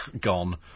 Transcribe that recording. Gone